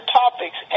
topics